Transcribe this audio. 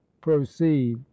proceed